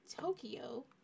Tokyo